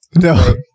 no